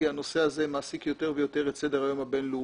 כי הנושא הזה מעסיק יותר ויותר את סדר היום הבין-לאומי.